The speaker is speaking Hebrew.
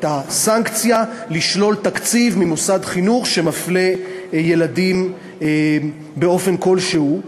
הסנקציה לשלול תקציב ממוסד חינוך שמפלה ילדים באופן כלשהו,